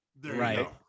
Right